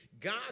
God